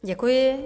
Děkuji.